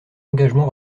engagement